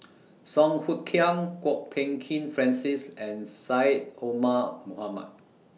Song Hoot Kiam Kwok Peng Kin Francis and Syed Omar Mohamed